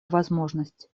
возможность